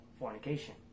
fornication